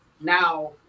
now